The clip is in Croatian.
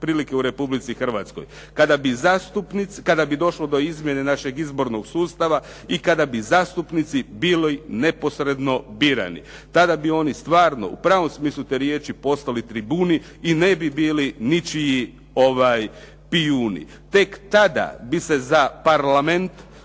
prilike u Republici Hrvatskoj. Kada bi došlo do izmjene našeg izbornog sustava i kada bi zastupnici bili neposredno birani, tada bi oni stvarno u pravom smislu te riječi postali tribuni i ne bi bili ničiji pijuni. Tek tada bi se za Parlament,